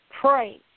pray